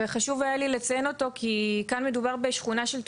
וחשוב היה לי לציין אותו כי כאן מדובר בשכונה של תושבים,